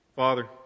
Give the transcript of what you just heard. Father